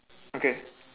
okay